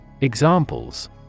Examples